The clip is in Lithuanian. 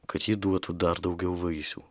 kad ji duotų dar daugiau vaisių